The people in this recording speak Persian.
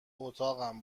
اتاقم